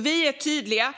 Vi är tydliga.